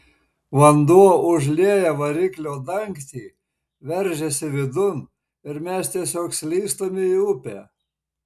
vanduo užlieja variklio dangtį veržiasi vidun ir mes tiesiog slystam į upę